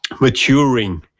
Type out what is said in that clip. maturing